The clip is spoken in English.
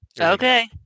okay